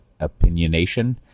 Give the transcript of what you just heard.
opinionation